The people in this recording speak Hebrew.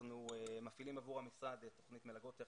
אנחנו מפעילים עבור המשרד את תוכנית מלגות,